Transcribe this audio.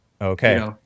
Okay